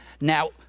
Now